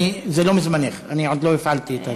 זה לא מזמנך, עוד לא הפעלתי.